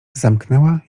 zamknęła